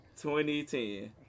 2010